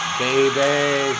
baby